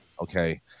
okay